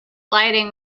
lighting